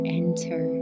enter